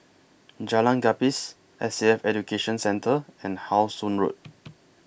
Jalan Gapis S A F Education Centre and How Sun Road